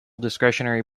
discretionary